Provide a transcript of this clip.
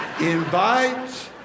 Invite